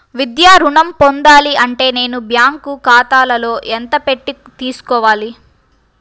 విద్యా ఋణం పొందాలి అంటే నేను బ్యాంకు ఖాతాలో ఎంత పెట్టి తీసుకోవాలి?